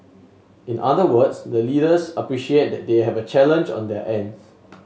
in other words the leaders appreciate that they have a challenge on their ends